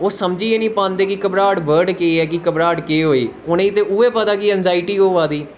ओह् समझी गै नी पांदे कि घवराह्ट बर्ड़ घवराह्ट केह् होई उनें ते उऐ पता कि इंजाइटी होआ दी